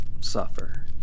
suffer